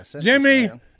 Jimmy